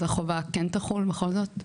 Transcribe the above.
אז החובה כן תחול בכל זאת?